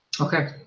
Okay